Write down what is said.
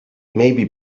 maybe